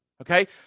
Okay